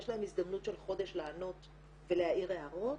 יש להם הזדמנות של חודש לענות ולהעיר הערות.